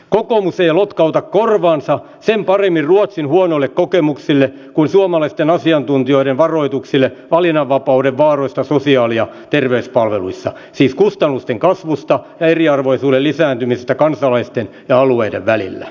kokoomus ei lotkauta korvaansa sen paremmin ruotsin huonoille kokemuksille kuin suomalaisten asiantuntijoiden varoituksille valinnanvapauden vaaroista sosiaali ja terveyspalveluissa siis kustannusten kasvusta ja eriarvoisuuden lisääntymisestä kansalaisten ja alueiden välillä